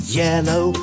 yellow